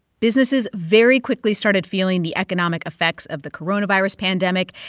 businesses very quickly started feeling the economic effects of the coronavirus pandemic.